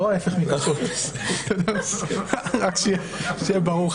לא ההפך --- רק שיהיה ברור.